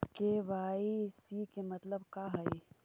KYC के मतलब का हई?